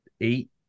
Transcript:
eight